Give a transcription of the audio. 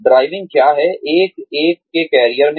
driving क्या है एक एक के कैरियर में